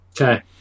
Okay